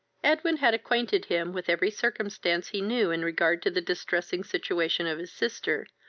edwin had acquainted him with every circumstance he knew in regard to the distressing situation of his sister,